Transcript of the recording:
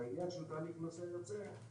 לעניין של תהליך נוסע יוצא,